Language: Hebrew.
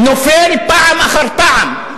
נופל פעם אחר פעם.